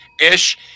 ish